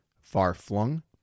far-flung